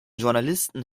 journalisten